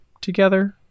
together